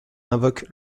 invoquent